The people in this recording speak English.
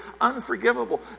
unforgivable